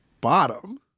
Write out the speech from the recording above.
bottom